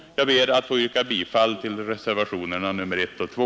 Jag ber att få yrka bifall till reservationerna 1 och 2.